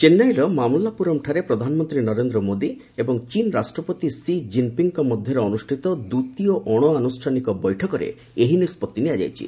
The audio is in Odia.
ଚେନ୍ନାଇର ମାମଲାପୁରମ୍ଠାରେ ପ୍ରଧାନମନ୍ତ୍ରୀ ନରେନ୍ଦ୍ର ମୋଦି ଏବଂ ଚୀନ୍ ରାଷ୍ଟ୍ରପତି ସିଜିନ୍ପିଙ୍ଗ୍ଙ୍କ ମଧ୍ୟରେ ଅନୁଷ୍ଠିତ ଦ୍ୱିତୀୟ ଅଣଆନୁଷ୍ଠାନିକ ବୈଠକରେ ଏହି ନିଷ୍ପଭି ନିଆଯାଇଛି